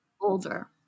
older